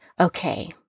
okay